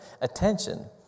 attention